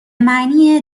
معنی